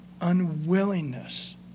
unwillingness